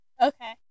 Okay